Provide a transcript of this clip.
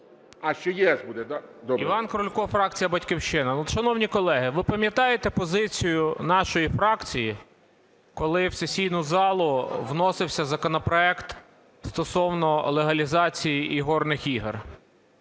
Іван Крулько, фракція "Батьківщина". Шановні колеги, ви пам'ятаєте позицію нашої фракції, коли в сесійну залу вносився законопроект стосовно легалізації ігорних ігор?